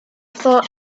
thought